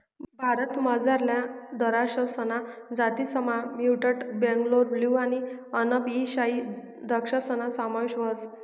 भारतमझारल्या दराक्षसना जातीसमा म्युटंट बेंगलोर ब्लू आणि अनब ई शाही द्रक्षासना समावेश व्हस